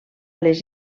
les